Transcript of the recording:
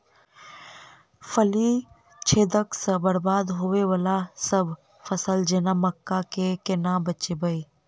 फली छेदक सँ बरबाद होबय वलासभ फसल जेना मक्का कऽ केना बचयब?